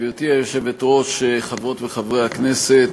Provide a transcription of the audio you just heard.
גברתי היושבת-ראש, חברות וחברי הכנסת,